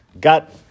got